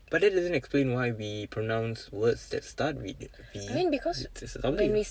but that doesn't explain why we pronounce words that start with V it's it's something